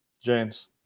James